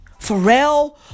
Pharrell